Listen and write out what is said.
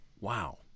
Wow